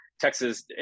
texas